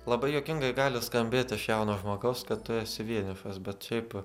labai juokingai gali skambėt iš jauno žmogaus kad tu esi vienišas bet šiaip